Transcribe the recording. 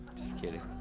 just kidding.